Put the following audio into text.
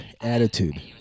attitude